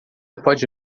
pode